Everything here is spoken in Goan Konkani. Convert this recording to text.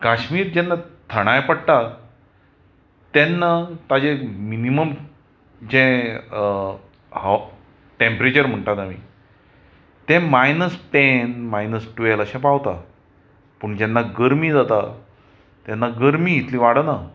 काश्मीर जेन्ना थंडाय पडटा तेन्ना ताचें मिनीमम जें टॅम्परेचर म्हणटात आमी तें मायनस टॅन मायनस टुवेल्व अशें पावता पूण जेन्ना गरमी जाता तेन्ना गरमी इतली वाडना